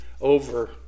over